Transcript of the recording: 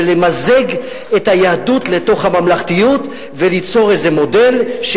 למזג את היהדות לתוך הממלכתיות וליצור מודל כלשהו